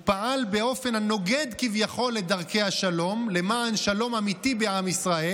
הוא פעל באופן המנוגד כביכול לדרכי השלום למען שלום אמיתי בעם ישראל.